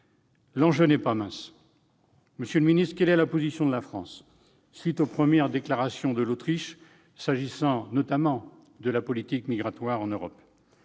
L'enjeu n'est pas mince. Monsieur le secrétaire d'État, quelle est la position de la France après les premières déclarations de l'Autriche, s'agissant notamment de la politique migratoire de l'Europe